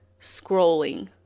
Scrolling